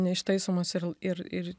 neištaisomos ir ir ir